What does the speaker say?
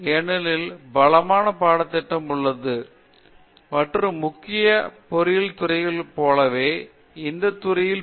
ஏனெனில் மற்ற முக்கிய பொறியியல் துறைகளைப் போலல்லாது இந்த துறையில் பி